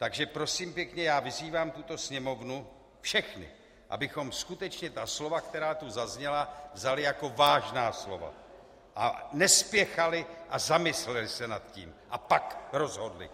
Takže prosím pěkně, já vyzývám tuto Sněmovnu, všechny, abychom skutečně ta slova, která tu zazněla, vzali jako vážná slova a nespěchali a zamysleli se nad tím a pak rozhodli.